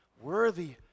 Worthy